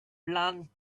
plans